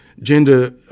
Gender